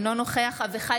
אינו נוכח אביחי